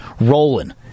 rolling